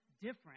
different